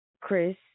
Chris